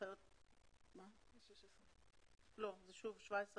הנחיות מקדימות לצורך מינוי אפוטרופוס או מסמך הבעת רצון.